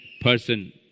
person